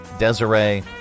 Desiree